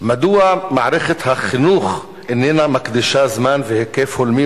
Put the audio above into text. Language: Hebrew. מדוע מערכת החינוך איננה מקדישה זמן והיקף הולמים